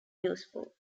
useful